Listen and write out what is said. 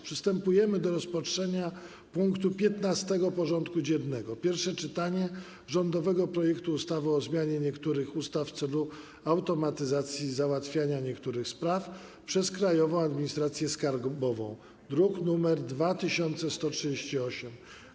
Przystępujemy do rozpatrzenia punktu 15. porządku dziennego: Pierwsze czytanie rządowego projektu ustawy o zmianie niektórych ustaw w celu automatyzacji załatwiania niektórych spraw przez Krajową Administrację Skarbową (druk nr 2138)